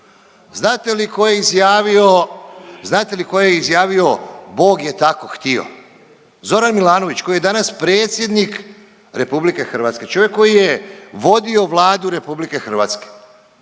znate li tko je izjavio Bog je tako htio? Zoran Milanović koji je danas predsjednik RH. Čovjek koji je vodio Vladu RH, ali o tome